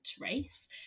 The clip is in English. race